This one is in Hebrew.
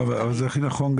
לא, אבל זה הכי נכון.